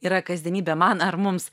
yra kasdienybė man ar mums